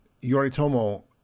yoritomo